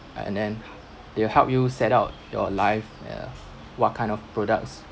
uh and then they will help you set out your life and uh what kind of products